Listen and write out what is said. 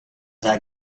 that